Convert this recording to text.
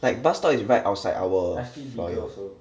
like bus stop is right outside our foyer